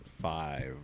five